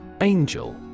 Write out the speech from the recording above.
Angel